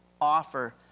offer